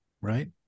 right